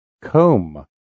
Comb